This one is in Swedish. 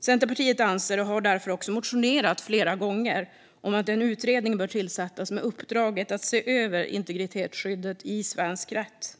Centerpartiet anser - och har därför också motionerat om flera gånger - att en utredning bör tillsättas med uppdraget att se över integritetsskyddet i svensk rätt.